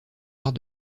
arts